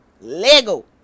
Lego